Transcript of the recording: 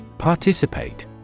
Participate